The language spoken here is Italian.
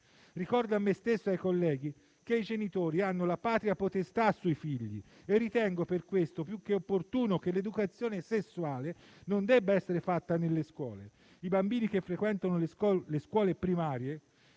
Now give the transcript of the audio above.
Ricordo a me stesso e ai colleghi che i genitori hanno la patria potestà sui figli e ritengo per questo più che opportuno che l'educazione sessuale non debba essere fatta nelle scuole. I bambini che frequentano le scuole primarie